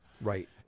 Right